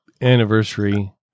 anniversary